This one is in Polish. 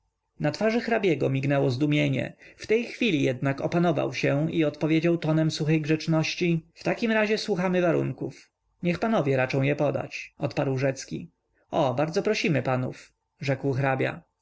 na twarzy hrabiego mignęło zdumienie w tej chwili jednak opanował się i odpowiedział tonem suchej grzeczności w takim razie słuchamy warunków niech panowie raczą je podać odparł rzecki o bardzo prosimy panów rzekł hrabia